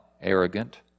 arrogant